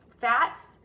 fats